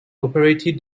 operated